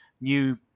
new